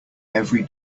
every